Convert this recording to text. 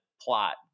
plot